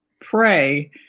pray